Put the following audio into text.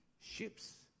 ships